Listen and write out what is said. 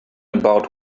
about